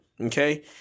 okay